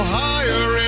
higher